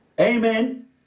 amen